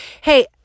Hey